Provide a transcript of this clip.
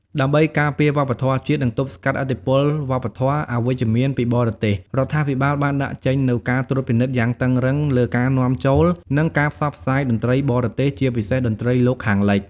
ដើម្បីការពារវប្បធម៌ជាតិ និងទប់ស្កាត់ឥទ្ធិពលវប្បធម៌ "អវិជ្ជមាន" ពីបរទេស រដ្ឋាភិបាលបានដាក់ចេញនូវ ការត្រួតពិនិត្យយ៉ាងតឹងរ៉ឹង លើការនាំចូល និងការផ្សព្វផ្សាយតន្ត្រីបរទេស ជាពិសេសតន្ត្រីលោកខាងលិច។